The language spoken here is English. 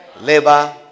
Labor